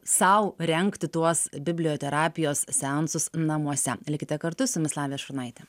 sau rengti tuos biblioterapijos seansus namuose likite kartu su jumis lavija šurnaitė